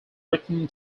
return